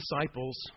disciples